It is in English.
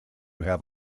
have